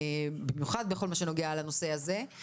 במיוחד בכל מה שנוגע לנושא הזה,